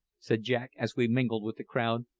said jack as we mingled with the crowd,